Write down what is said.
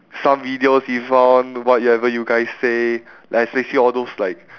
some videos we found whatever you guys say like especially all those like